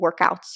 workouts